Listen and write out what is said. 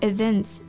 Events